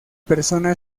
persona